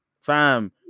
Fam